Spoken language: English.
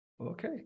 okay